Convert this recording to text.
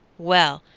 well,